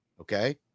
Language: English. Okay